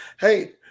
hey